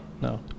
No